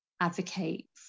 advocate